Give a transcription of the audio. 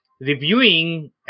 reviewing